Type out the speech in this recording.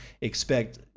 expect